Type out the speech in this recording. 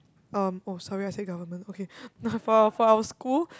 um oh sorry I said government okay now for for our school